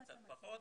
קצת פחות,